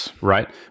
right